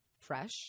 fresh